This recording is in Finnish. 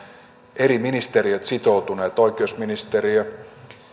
eri ministeriöt ovat sitoutuneet oikeusministeriö